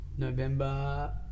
November